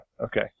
Okay